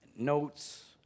notes